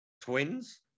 Twins